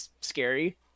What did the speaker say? scary